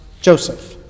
Joseph